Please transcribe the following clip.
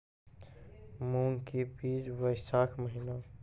मूंग के बीज बैशाख महीना